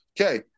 Okay